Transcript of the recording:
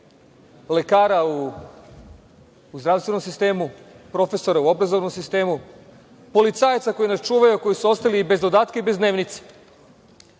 lekara u zdravstvenom sistemu, profesora u obrazovnom sistemu, policajaca koji nas čuvaju, koji su ostali i bez dodatka i bez dnevnice,